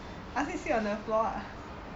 ask him sleep on the floor lah